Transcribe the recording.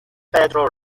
pedro